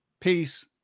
Peace